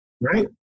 right